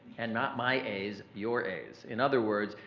and not my as, your as. in other words,